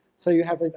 so you'd have,